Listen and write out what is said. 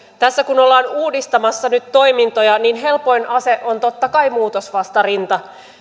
tässä kun ollaan uudistamassa nyt toimintoja niin helpoin ase on totta kai muutosvastarinta